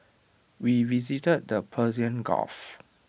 we visited the Persian gulf